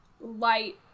Light